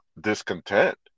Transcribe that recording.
discontent